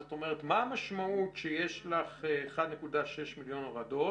זאת אומרת, מה המשמעות שיש לך 1.6 מיליון הורדות?